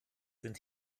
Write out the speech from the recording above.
sind